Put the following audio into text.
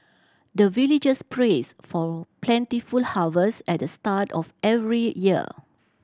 the villagers prays for plentiful harvest at the start of every year